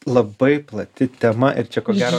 labai plati tema ir čia ko gero